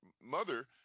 mother